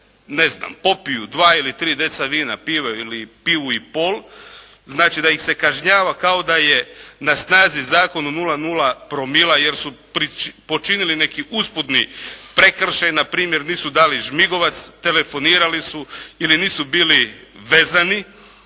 ne znam popiju dva ili tri deci vina, piva ili pivu i pol, znači da ih se kažnjava kao da je na snazi zakon o 0,0 promila jer su počinili neki usputni prekršaj, na primjer nisu dali žmigavac, telefonirali su ili nisu bili vezani